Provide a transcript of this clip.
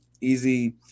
easy